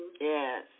Yes